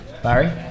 Barry